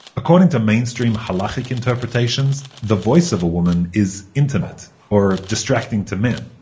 according to mainstream halachic interpretations the voice of a woman is intimate or distracting to men,